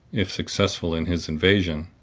if successful in his invasion,